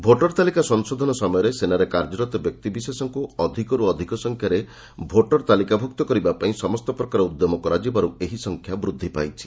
voter ତାଳିକା ସଂଶୋଧନ ସମୟରେ ସେନାରେ କାର୍ଯ୍ୟରତ ବ୍ୟକ୍ତିବିଶେଷଙ୍କୁ ଅଧିକରୁ ଅଧିକ ସଂଖ୍ୟାରେ ଭୋଟର୍ ତାଲିକାଭୁକ୍ତ କରିବାପାଇଁ ସମସ୍ତ ପ୍ରକାର ଉଦ୍ୟମ କରାଯିବାରୁ ଏହି ସଂଖ୍ୟା ବୃଦ୍ଧି ପାଇଛି